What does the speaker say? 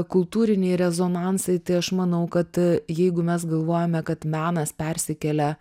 kultūriniai rezonansai tai aš manau kad jeigu mes galvojame kad menas persikelia